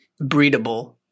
breedable